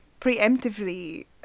preemptively